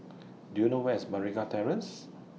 Do YOU know Where IS Meragi Terrace